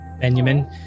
Benjamin